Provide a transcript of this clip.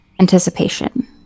anticipation